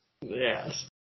Yes